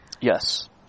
Yes